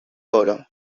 oro